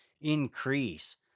increase